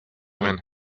man